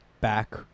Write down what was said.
back